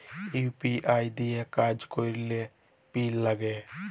UPI দিঁয়ে কাজ ক্যরলে পিল লাগে